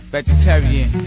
Vegetarian